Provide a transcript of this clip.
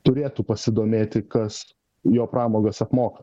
turėtų pasidomėti kas jo pramogas apmoka